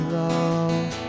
love